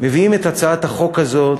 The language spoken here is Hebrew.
מביאים את הצעת החוק הזאת